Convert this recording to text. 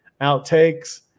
outtakes